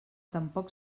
tampoc